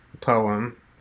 poem